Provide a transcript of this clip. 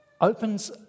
opens